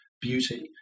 beauty